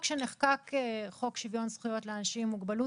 כשנחקק חוק שוויון זכויות לאנשים עם מוגבלות